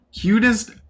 cutest